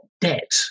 debt